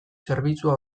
zerbitzua